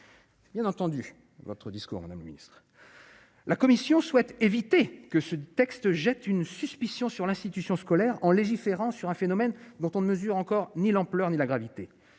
bien entendu votre discours, on administre la commission souhaite éviter que ce texte jette une suspicion sur l'institution scolaire en légiférant sur un phénomène dont on ne mesure encore ni l'ampleur ni la gravité,